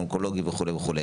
אונקולוגי וכו'.